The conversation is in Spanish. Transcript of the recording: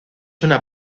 una